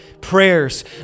prayers